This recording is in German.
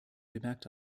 bemerkt